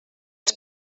els